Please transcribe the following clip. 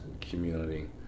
community